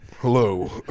Hello